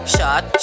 Shot